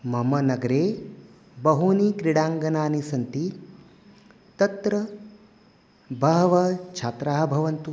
मम नगरे बहूनि क्रीडाङ्गणानि सन्ति तत्र बहवः छात्राः भवन्तु